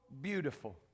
beautiful